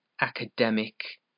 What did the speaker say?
academic